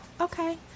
Okay